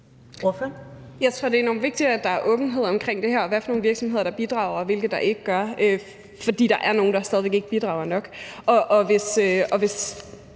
Jeg tror, det er enormt vigtigt, at der er åbenhed om det her og om, hvilke virksomheder der bidrager, og hvilke der ikke gør, for der er nogle, der stadig væk ikke bidrager nok.